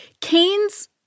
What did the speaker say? Keynes